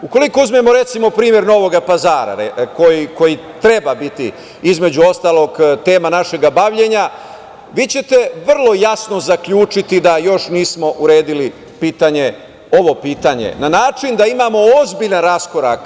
U koliko uzmemo recimo primer Novoga Pazara, koji treba biti između ostalog tema našega bavljenja, vi ćete vrlo jasno zaključiti da još nismo uredili ovo pitanje na način da imamo ozbiljan raskorak.